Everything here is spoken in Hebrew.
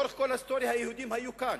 לאורך כל ההיסטוריה היהודים היו כאן